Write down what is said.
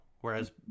Whereas